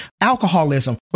alcoholism